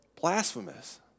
blasphemous